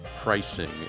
pricing